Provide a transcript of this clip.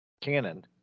canon